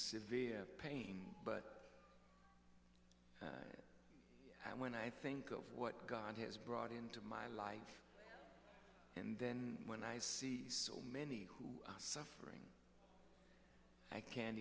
severe pain but when i think of what god has brought into my life and then when i see so many who are suffering i can't